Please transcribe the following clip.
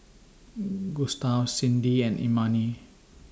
Gustaf Sydnee and Imani